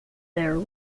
there